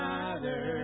Father